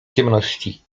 ciemności